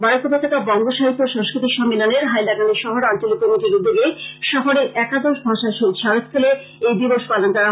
বরাক উপতাকা বংগ সাহিত্য ও সংস্কৃতি সম্মেলনের হাইলাকান্দি শহর আঞ্চলিক কমিটির উদ্যোগে শহরের একাদশ ভাষা শহীদ স্মারকস্থলে এই দিবস পালন করা হয়